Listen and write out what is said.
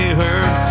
hurt